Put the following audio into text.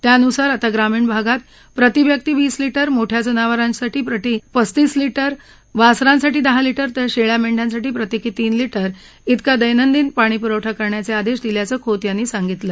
त्यानुसार आता ग्रामीण भागात प्रतिव्यक्ती वीस लि उेतसंच मोठ्या जनावरांसाठी प्रती जनावर पस्तीस लि उे वासरांसाठी दहा लि उे तर शेळ्या मेंढ्यांसाठी प्रत्येकी तीन लि उत्तिका दैनंदिन पाणी पुरवठा करण्याचे आदेश दिल्याचं खोत यांनी सांगितलं